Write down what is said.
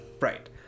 Right